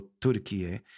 Turkey